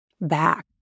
back